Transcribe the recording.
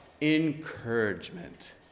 Encouragement